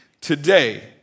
Today